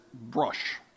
brush